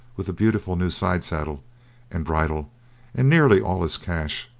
with the beautiful new side saddle and bridle and nearly all his cash,